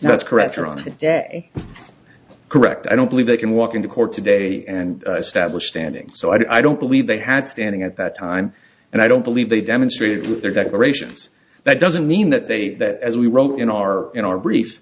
that's correct or on today correct i don't believe they can walk into court today and stablished standing so i don't believe they had standing at that time and i don't believe they demonstrated with their declarations that doesn't mean that they that as we wrote in our in our brief